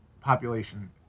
population